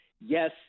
yes